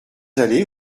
allez